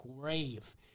grave